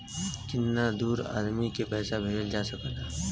कितना दूर आदमी के पैसा भेजल जा सकला?